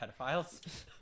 pedophiles